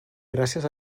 gràcies